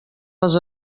les